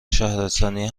شهرستانی